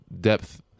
depth